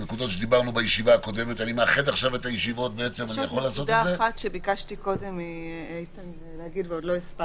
דיברנו, אבל זה לא עלה